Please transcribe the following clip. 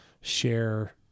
share